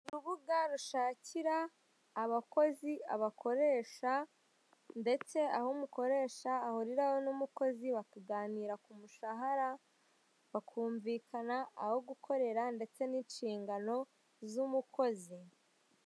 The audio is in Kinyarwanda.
Urubuga rushakira abakozi abakoresha ndetse aho umukoresha ahuriraho n'umukozi bakaganira ku mushahara bakumvikana aho gukorera ndetse n'inshingano z'umukozi.